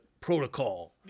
protocol